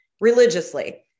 religiously